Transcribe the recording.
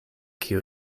kiu